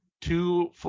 two